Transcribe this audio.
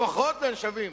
לפחות בין שווים,